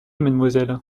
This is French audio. mademoiselle